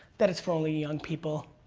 that it's for only young people.